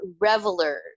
revelers